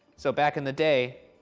so back in the day,